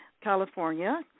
California